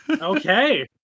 okay